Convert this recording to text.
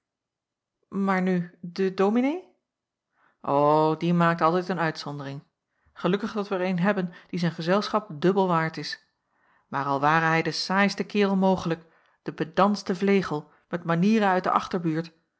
maar nu de dominee o die maakt altijd een uitzondering gelukkig dat wij er een hebben die zijn gezelschap dubbel waard is maar al ware hij de saaiste kerel mogelijk de pedantste vlegel met manieren uit de achterbuurt